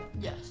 Yes